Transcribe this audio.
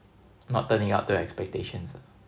not turning out to expectations